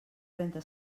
trenta